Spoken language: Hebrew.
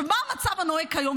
מה המצב הנוהג כיום,